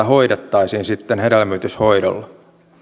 hoidettaisiin sitten hedelmöityshoidoilla